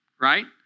right